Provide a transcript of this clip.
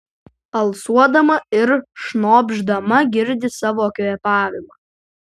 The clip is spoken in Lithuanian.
alsuodama ir šnopšdama girdi savo kvėpavimą